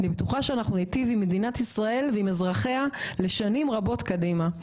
אני בטוחה שאנחנו ניטיב עם מדינת ישראל ועם אזרחיה לשנים רבות קדימה,